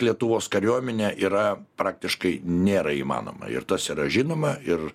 lietuvos kariuomenė yra praktiškai nėra įmanoma ir tas yra žinoma ir